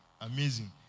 Amazing